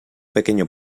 pequeño